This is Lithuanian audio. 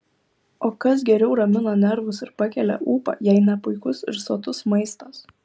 o kas geriau ramina nervus ir pakelia ūpą jei ne puikus ir sotus maistas